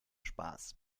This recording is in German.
spaß